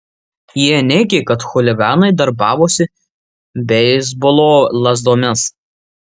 jie neigė kad chuliganai darbavosi beisbolo lazdomis